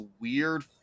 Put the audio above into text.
weird